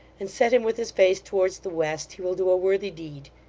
and set him with his face towards the west, he will do a worthy deed.